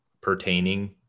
pertaining